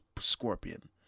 Scorpion